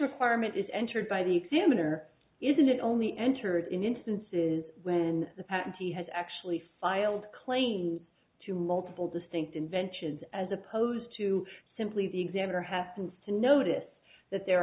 requirement is entered by the examiner isn't it only entered in instances when the patentee has actually filed claims to multiple distinct inventions as opposed to simply the examiner happens to notice that there